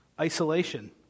Isolation